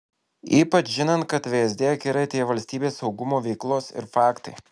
ypač žinant kad vsd akiratyje valstybės saugumo veiklos ir faktai